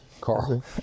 Carl